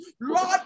Lord